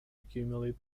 accumulate